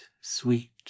sweet